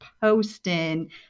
posting